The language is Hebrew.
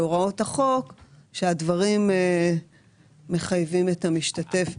הבנתי שבעניין הזה יש הסכמה שהדוח ימשיך להימסר לשני השרים.